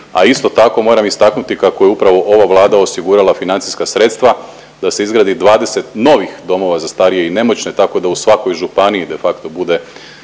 a isto tako moram istaknuti kako je upravo ova Vlada osigurala financijska sredstva da se izgradi 20 novih domova za starije i nemoćne tako da u svakoj županiji de facto bude